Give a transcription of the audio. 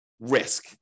risk